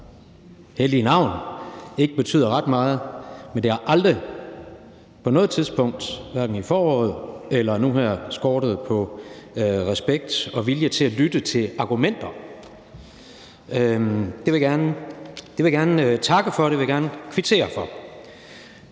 hellige navn ikke betyder ret meget, men det har aldrig på noget tidspunkt, hverken i foråret eller nu her, skortet på respekt og vilje til at lytte til argumenter. Det vil jeg gerne takke for, det vil jeg gerne kvittere for.